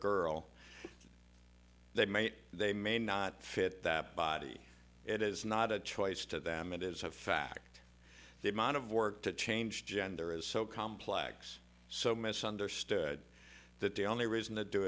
girl they may they may not fit that body it is not a choice to them it is a fact the amount of work to change gender is so complex so misunderstood that the only reason to do